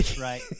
Right